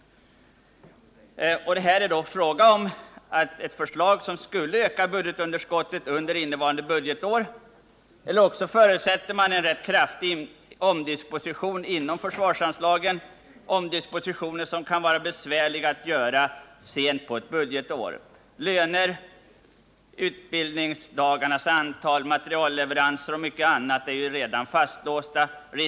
Ändå är det här fråga om ett förslag som skulle öka budgetunderskottet under innevarande budgetår, eller också förutsätter man rätt kraftiga omdispositioner inom försvarsanslagen — omdispositioner som kan vara besvärliga att göra sent under ett budgetår, då löner, utbildningsdagarnas antal, materialleveranser och mycket annat redan är fastlåsta.